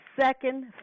second